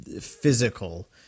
physical